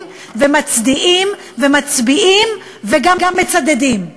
ומצדיעים ומצביעים וגם מצדדים ותומכים.